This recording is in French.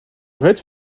raid